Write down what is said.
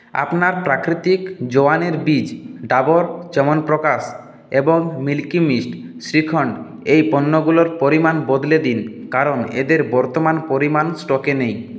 আপনার প্রাকৃতিক জোয়ানের বিজ ডাবর চ্যবনপ্রকাশ এবং মিল্কি মিস্ট শ্রীখন্দ এই পণ্যগুলোর পরিমাণ বদলে দিন কারণ এদের বর্তমান পরিমাণ স্টকে নেই